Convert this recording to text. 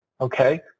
Okay